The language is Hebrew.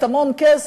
המון כסף,